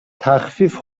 تخفیف